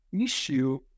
issue